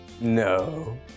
No